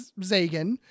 Zagan